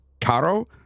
Caro